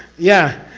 yeah,